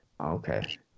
Okay